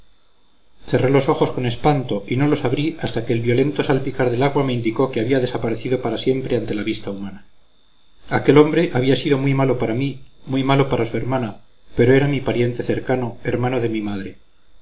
cerré los ojos con espanto y no los abrí hasta que el violento salpicar del agua me indicó que había desaparecido para siempre ante la vista humana aquel hombre había sido muy malo para mí muy malo para su hermana pero era mi pariente cercano hermano de mi madre